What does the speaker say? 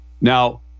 Now